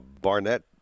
Barnett